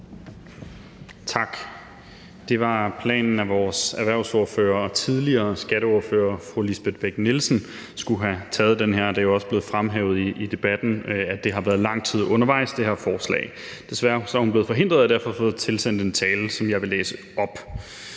Tak. Det var planen, at vores erhvervsordfører og tidligere skatteordfører, fru Lisbeth Bech-Nielsen, skulle have taget den her, og det er også blevet fremhævet i debatten, at det her forslag har været lang tid undervejs. Desværre er hun blevet forhindret, og derfor har jeg fået tilsendt en tale, som jeg vil læse op.